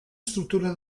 estructura